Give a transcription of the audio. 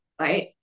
right